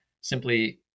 simply